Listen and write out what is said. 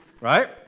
right